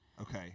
Okay